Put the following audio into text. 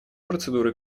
процедуры